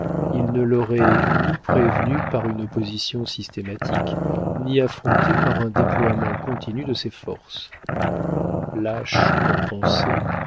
il ne l'aurait ni prévenue par une opposition systématique ni affrontée par un déploiement continu de ses forces lâche en pensée